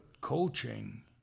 coaching